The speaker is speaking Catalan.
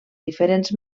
diferents